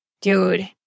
Dude